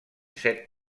set